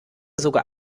sogar